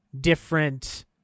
different